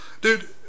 Dude